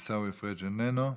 עיסאווי פריג' איננו,